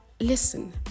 listen